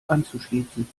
anzuschließen